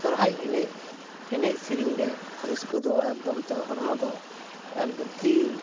ᱥᱚᱦᱨᱟᱭ ᱮᱱᱮᱡ ᱮᱱᱮᱡ ᱥᱮᱨᱮᱧ ᱨᱮ ᱨᱟᱹᱥᱠᱟᱹ ᱫᱚ ᱮᱠᱫᱚᱢ ᱛᱮ ᱦᱚᱲᱢᱚ ᱫᱚ ᱮᱠᱫᱚᱢ ᱛᱤ